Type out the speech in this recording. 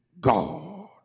God